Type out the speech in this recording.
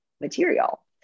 material